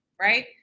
Right